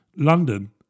london